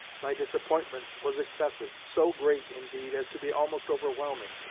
my disappointment was excessive so great, indeed, as to be almost overwhelming.